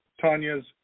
Tanya's